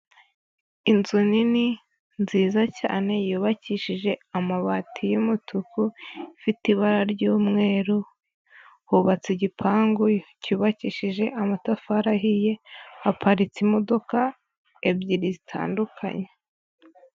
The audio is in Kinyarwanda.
Inzu nini, nziza cyane yubakishije amabati y'umutuku, ifite ibara ry'umweru, hubatse igipangu cyubakishije amatafari ahiye, haparitse imodoka ebyiri zitandukanye.